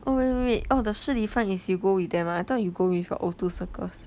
oh wait wait wait oh the 食立方 is you go with them ah I thought you go with your O two circus